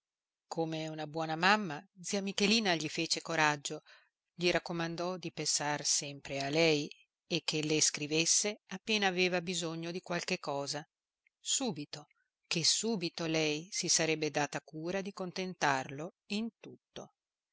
come una buona mamma zia michelina gli fece coraggio gli raccomandò di pensar sempre a lei e che le scrivesse appena aveva bisogno di qualche cosa subito che subito lei si sarebbe data cura di contentarlo in tutto